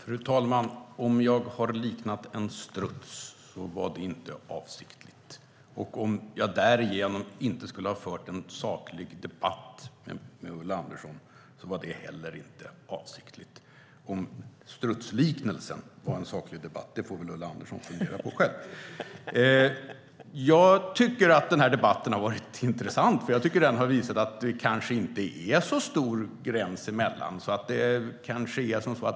Fru talman! Om jag har liknat en struts var det inte avsiktligt. Om jag därigenom inte skulle ha fört en saklig debatt med Ulla Andersson var det heller inte avsiktligt. Om strutsliknelsen var en saklig debatt får väl Ulla Andersson fundera på själv. Jag tycker att den här debatten har varit intressant. Den har visat att det kanske inte är någon så skarp gräns mellan oss.